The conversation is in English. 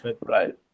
Right